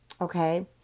Okay